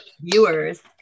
viewers